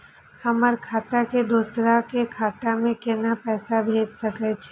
हमर खाता से दोसर के खाता में केना पैसा भेज सके छे?